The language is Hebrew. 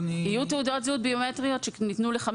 יהיו תעודות זהות ביומטריות שניתנו ל-5